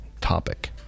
topic